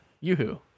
Yoo-hoo